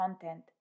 content